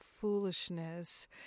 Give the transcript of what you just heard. foolishness